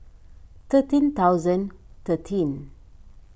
thirteen thousand thirteen